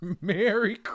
Merry